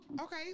Okay